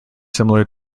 similar